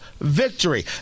victory